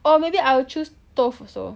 oh maybe I'll choose toph also